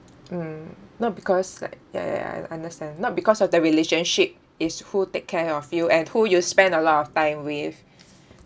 mm not because like ya ya ya I I understand not because of the relationship it's who take care of you and who you spend a lot of time with